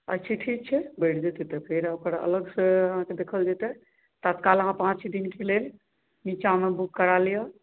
अच्छा ठीक छै बढ़ि जेतै तऽ फेर ओकर अलगसँ अहाँकेँ देखल जेतै तत्काल अहाँ पाँच दिनके लेल नीचाँमे बुक करा लिअ